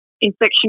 infection